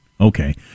Okay